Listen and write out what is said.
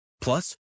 Plus